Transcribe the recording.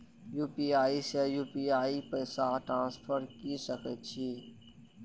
UPI से UPI पैसा transfer की सके छी?